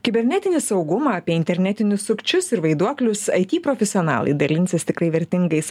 kibernetinį saugumą apie internetinius sukčius ir vaiduoklius aity profesionalai dalinsis tikrai vertingais